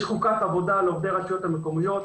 יש חוקת עבודה לעובדי הרשויות המקומיות,